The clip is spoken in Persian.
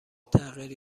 تغییر